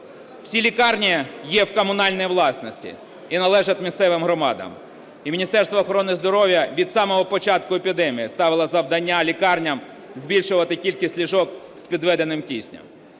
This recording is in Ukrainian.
Ці лікарні є в комунальній власності і належать місцевим громадам. І Міністерство охорони здоров'я від самого початку епідемії ставило завдання лікарням збільшувати кількість ліжок з підведеним киснем.